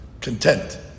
content